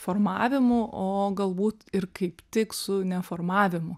formavimu o galbūt ir kaip tik su neformavimu